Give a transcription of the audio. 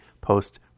post